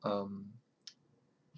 um